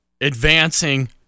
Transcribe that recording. advancing